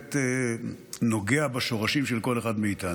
שבאמת נוגע בשורשים של כל אחד מאיתנו,